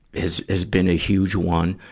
has has been a huge one,